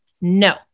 no